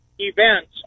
events